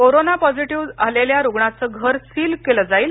corona positive आलेल्या रुग्णाच घर सील केलं जाईल